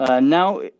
now